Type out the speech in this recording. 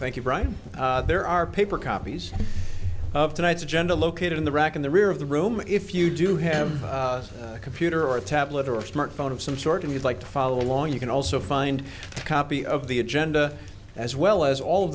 thank you brian there are paper copies of tonight's agenda located in the rack in the rear of the room if you do have a computer or a tablet or smartphone of some sort and you'd like to follow along you can also find a copy of the agenda as well as all